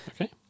Okay